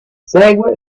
segue